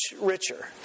richer